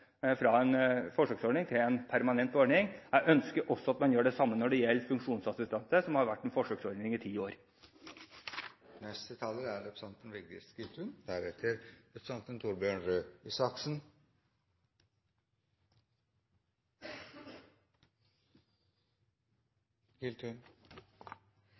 fra en forsøksordning til en permanent ordning. Jeg ønsker også at man gjør det samme når det gjelder funksjonsassistanse, som har vært en forsøksordning i ti